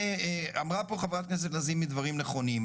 אמרה פה חברת הכנסת לזימי דברים נכונים.